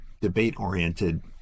debate-oriented